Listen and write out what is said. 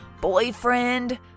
boyfriend